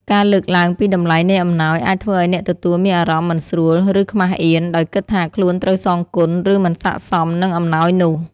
ការលើកឡើងពីតម្លៃនៃអំណោយ អាចធ្វើឲ្យអ្នកទទួលមានអារម្មណ៍មិនស្រួល ឬខ្មាសអៀន ដោយគិតថាខ្លួនត្រូវសងគុណ ឬមិនស័ក្តិសមនឹងអំណោយនោះ។